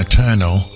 Eternal